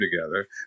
together